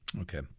Okay